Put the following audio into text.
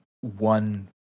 one